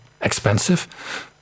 expensive